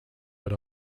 but